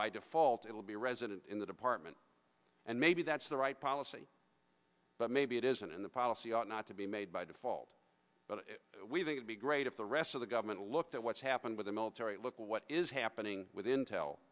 by default it will be resident in the department and maybe that's the right policy but maybe it isn't in the policy ought not to be made by default but we think would be great if the rest of the government looked at what's happened with the military look at what is happening with intel